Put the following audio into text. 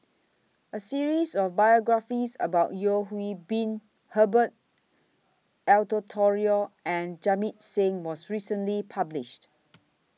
A series of biographies about Yeo Hwee Bin Herbert Eleuterio and Jamit Singh was recently published